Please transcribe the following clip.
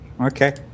okay